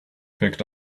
picked